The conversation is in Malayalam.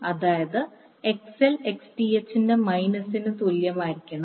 അതായത് XL Xth ന്റെ മൈനസിന് തുല്യമായിരിക്കണം